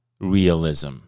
realism